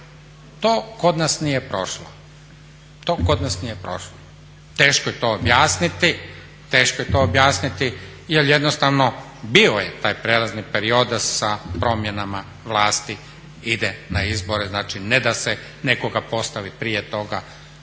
To kod nas nije prošlo. Teško je to objasniti, jer jednostavno bio je taj prijelazni period sa promjenama vlasti ide na izbore, znači ne da se nekoga postavi prije toga.